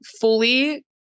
fully